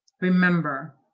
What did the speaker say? Remember